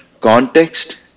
context